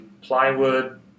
plywood